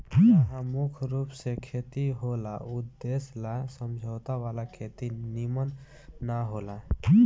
जहा मुख्य रूप से खेती होला ऊ देश ला समझौता वाला खेती निमन न होला